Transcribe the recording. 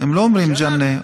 הם לא אומרים ג'נה.